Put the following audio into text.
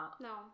No